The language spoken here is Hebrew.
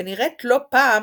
ונראית לא פעם